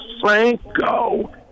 Franco